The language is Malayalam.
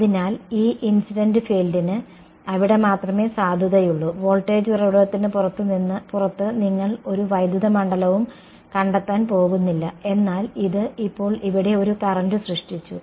അതിനാൽ ആ ഇൻസിഡന്റ് ഫീൽഡിന് അവിടെ മാത്രമേ സാധുതയുള്ളൂ വോൾട്ടേജ് ഉറവിടത്തിന് പുറത്ത് നിങ്ങൾ ഒരു വൈദ്യുത മണ്ഡലവും കണ്ടെത്താൻ പോകുന്നില്ല എന്നാൽ ഇത് ഇപ്പോൾ ഇവിടെ ഒരു കറന്റ് സൃഷ്ടിച്ചു